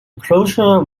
closure